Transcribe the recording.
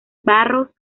barros